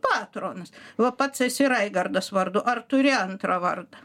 patronas va pats esi raigardas vardu ar turi antrą vardą